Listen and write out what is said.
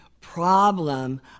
problem